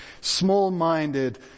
small-minded